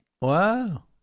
Wow